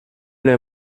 les